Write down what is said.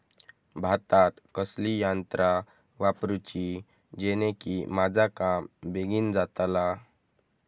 भातात कसली यांत्रा वापरुची जेनेकी माझा काम बेगीन जातला?